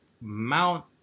Mount